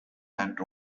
that